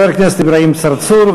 חבר הכנסת אברהים צרצור,